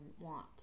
want